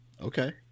Okay